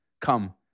Come